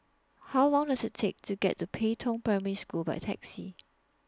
How Long Does IT Take to get to Pei Tong Primary School By Taxi